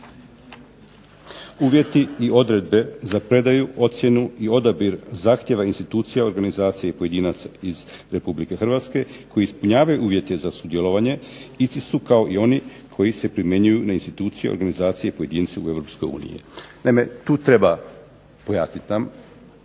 uvjeti i odredbe za predaju, ocjenu i odabir zahtjeva institucija, organizacija i pojedinaca iz Republike Hrvatske koji ispunjavaju uvjete za sudjelovanje, isti su kao i oni koji se primjenjuju na institucije, organizacije i pojedince u Europskoj uniji. Naime tu treba pojasniti nam